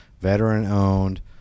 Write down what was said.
veteran-owned